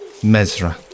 Mesra